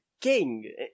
king